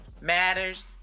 matters